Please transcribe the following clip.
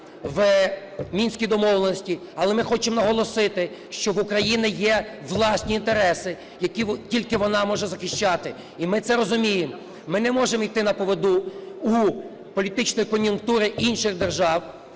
в Мінські домовленості, але ми хочемо наголосити, що в України є власні інтереси, які тільки вона може захищати, і ми це розуміємо. Ми не можемо йти на поводу у політичної кон'юнктури інших держав,